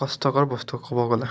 কষ্টকৰ বস্তু ক'ব গ'লে